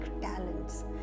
talents